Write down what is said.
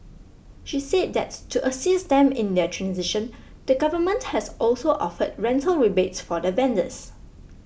she said that to assist them in their transition the government has also offered rental rebates for the vendors